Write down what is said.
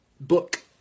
book